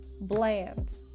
bland